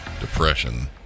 depression